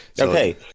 Okay